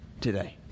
today